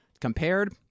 compared